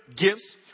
gifts